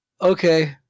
okay